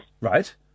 Right